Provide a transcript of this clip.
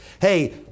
Hey